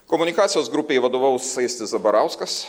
komunikacijos grupei vadovaus aistis zabarauskas